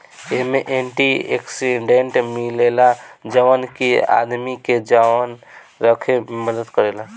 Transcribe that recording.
एमे antioxidant मिलेला जवन की आदमी के जवान रखे में मदद करेला